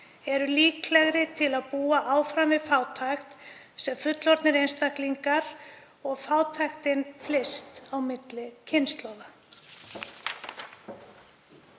eru líklegri til að búa áfram við fátækt sem fullorðnir einstaklingar og fátæktin flyst á milli kynslóða.